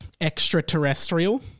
Extraterrestrial